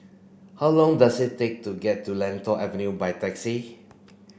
how long does it take to get to Lentor Avenue by taxi